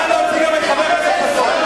נא להוציא גם את חבר הכנסת חסון.